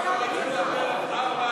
אנחנו באנו להצביע.